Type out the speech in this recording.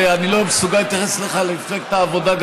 הרי אני לא מסוגל להתייחס אליך כאל מפלגת העבודה,